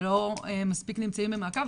שלא מספיק נמצאים במעקב,